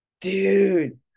dude